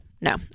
no